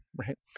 right